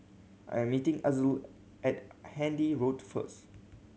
I am meeting Azul at Handy Road first